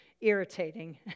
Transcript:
irritating